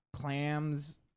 clams